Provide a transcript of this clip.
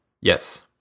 Yes